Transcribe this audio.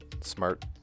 smart